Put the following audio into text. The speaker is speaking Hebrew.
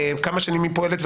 כמה שנים פועלת?